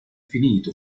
finito